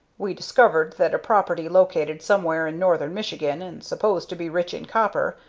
we discovered that a property located somewhere in northern michigan, and supposed to be rich in copper,